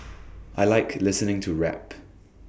I Like listening to rap